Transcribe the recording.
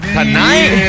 tonight